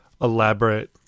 elaborate